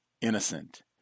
innocent